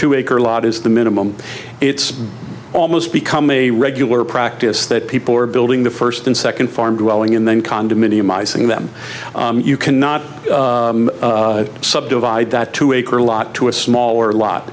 two acre lot is the minimum it's almost become a regular practice that people are building the first and second farm dwelling in one condominium ising them you cannot sub divide that two acre lot to a smaller lot